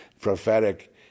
prophetic